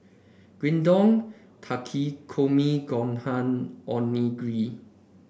Gyudon Takikomi Gohan Onigiri